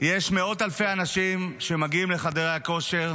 יש מאות אלפי אנשים שמגיעים לחדרי הכושר